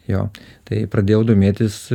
jo tai pradėjau domėtis